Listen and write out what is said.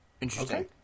Interesting